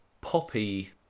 poppy